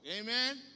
Amen